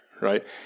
right